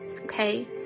okay